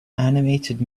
animated